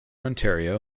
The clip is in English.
ontario